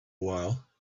while